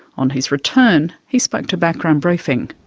on his return, he spoke to background briefing.